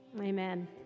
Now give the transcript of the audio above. Amen